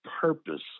purpose